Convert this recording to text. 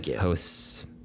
hosts